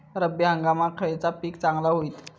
रब्बी हंगामाक खयला पीक चांगला होईत?